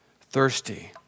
thirsty